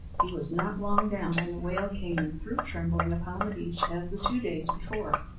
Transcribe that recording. he was not long down when the whale came and threw trembling upon the beach as the two days before.